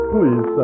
Please